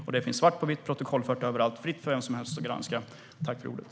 Detta finns svart på vitt, protokollfört överallt, och det är fritt för vem som helst att granska det.